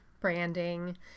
branding